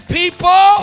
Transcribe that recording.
people